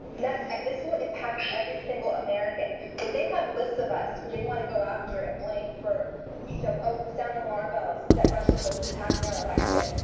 that this will impact every single american when they have lists of us they want to go after and blame for you know ah sounding alarm bells that russia was attacking our election,